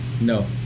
No